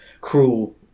cruel